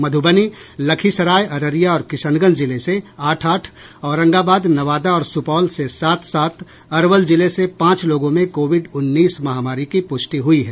मधुबनी लखीसराय अररिया और किशनगंज जिले से आठ आठ औरंगाबाद नवादा और सुपौल से सात सात अरवल जिले से पांच लोगों में कोविड उन्नीस महामारी की प्रष्टि हुई है